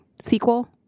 sequel